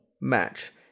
match